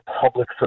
public